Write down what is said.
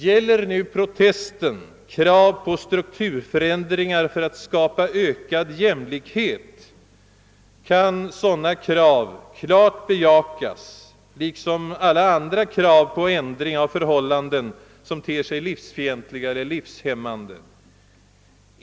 Gäller nu protesten krav på strukturförändringar för att skapa ökad jämlikhet, kan sådana krav klart bejakas liksom alla andra krav på ändring av förhållanden som ter sig livsfientliga eller livshämmande.